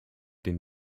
den